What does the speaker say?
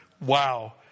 Wow